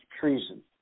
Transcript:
treason